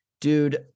dude